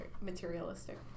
materialistic